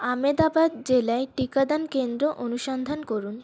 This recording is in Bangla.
আমেদাবাদ জেলায় টিকাদান কেন্দ্র অনুসন্ধান করুন